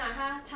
then